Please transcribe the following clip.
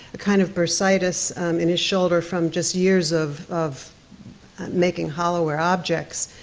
a kind of bursitis in his shoulder from just years of of making hollowware objects,